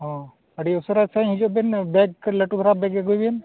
ᱦᱮᱸ ᱟᱹᱰᱤ ᱩᱥᱟᱹᱨᱟ ᱛᱮ ᱥᱟᱺᱦᱤᱡ ᱦᱤᱡᱩᱜ ᱵᱤᱱ ᱵᱮᱠ ᱞᱟᱹᱴᱩ ᱫᱷᱟᱨᱟ ᱵᱮᱠ ᱟᱹᱜᱩᱭ ᱵᱤᱱ